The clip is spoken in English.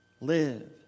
Live